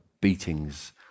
beatings